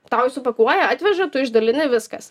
tau jas supakuoja atveža tu išdalini viskas